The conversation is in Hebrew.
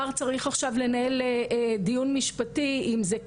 גם בעבירות שלא עוברות את הרף הפלילי.